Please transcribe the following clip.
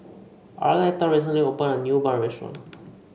Arletta recently opened a new bun restaurant